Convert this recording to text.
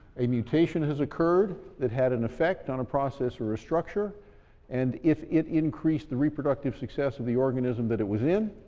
a mutation has occurred that had an effect on a process or a structure and, if it increased the reproductive success of the organism that it was in,